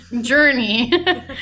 journey